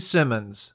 Simmons